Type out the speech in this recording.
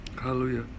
hallelujah